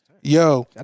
Yo